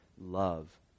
love